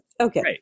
Okay